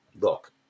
look